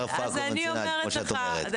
זה ברפואה הקונבנציונלית, כמו שאת אומרת.